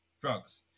drugs